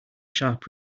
sharp